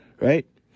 right